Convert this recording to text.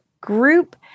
group